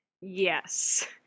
Yes